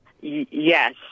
Yes